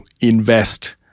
invest